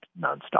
nonstop